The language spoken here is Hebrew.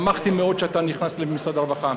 שמחתי מאוד שאתה נכנס למשרד הרווחה.